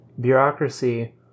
bureaucracy